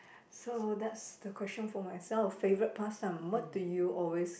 so that's the question for myself favourite past time what do you always